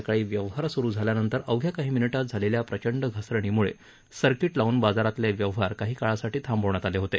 सकाळी व्यवहार सूरू झाल्यानंतर अवघ्या काही मिनिटांत झालेल्या प्रचंड घसरणीमुळे सर्किट लावून बाजारातले व्यवहार काही काळासाठी थांबवण्यात आले होते